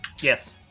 Yes